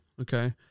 Okay